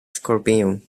skorpion